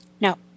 No